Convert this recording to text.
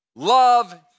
Love